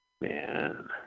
Man